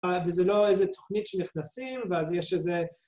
‫זה לא איזה תוכנית שנכנסים, ‫ואז יש איזה...